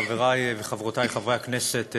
חברי וחברותי חברי הכנסת,